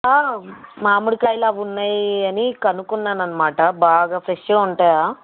మామిడి కాయలు అవి ఉన్నాయి అని కనుక్కున్నాను అన్నమాట బాగా ఫ్రెష్గా ఉంటాయా